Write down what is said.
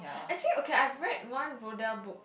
actually okay I red one roll dial book